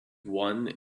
one